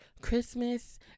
Christmas